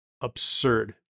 absurd